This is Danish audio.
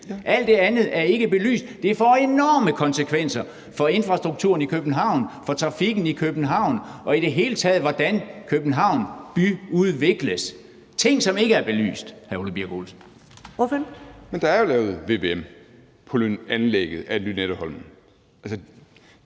Alt det andet er ikke belyst. Det får enorme konsekvenser for infrastrukturen i København, for trafikken i København og i det hele taget for, hvordan København byudvikles – ting, som ikke er belyst, hr. Ole Birk Olesen! Kl.